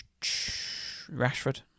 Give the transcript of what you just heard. Rashford